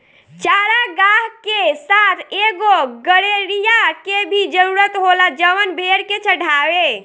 चारागाह के साथ एगो गड़ेड़िया के भी जरूरत होला जवन भेड़ के चढ़ावे